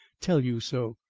tell you so,